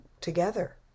together